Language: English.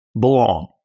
belong